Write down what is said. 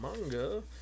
manga